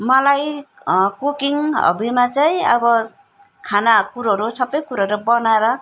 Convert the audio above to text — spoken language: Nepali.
मलाई कुकिङ हबीमा चाहिँ अब खाना कुरोहरू सबै कुरोहरू बनाएर